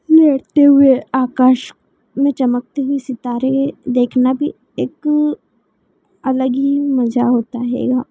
आकाश में चमकती हुई सितारें देखना भी एक अलग ही मज़ा होता है यहाँ